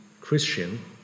Christian